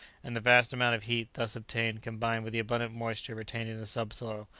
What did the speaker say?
and the vast amount of heat thus obtained combined with the abundant moisture retained in the subsoil,